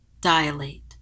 dilate